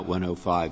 105